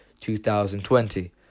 2020